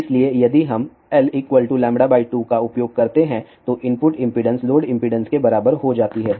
इसलिए यदि हम l λ 2 का उपयोग करते हैं तो इनपुट इम्पीडेंस लोड इम्पीडेंस के बराबर हो जाती है